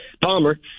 Palmer